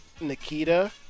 Nikita